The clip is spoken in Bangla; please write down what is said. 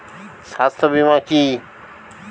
স্বাস্থ্য বীমা কি?